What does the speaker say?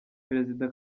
perezida